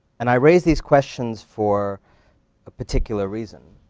and i raise these questions for a particular reason.